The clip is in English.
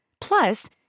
Plus